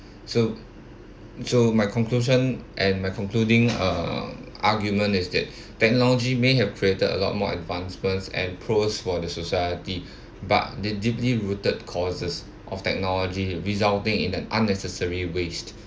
so so my conclusion and my concluding uh argument is that technology may have created a lot more advancements and pros for the society but the deeply rooted causes of technology resulting in an unnecessary waste